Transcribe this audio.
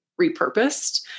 repurposed